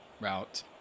Route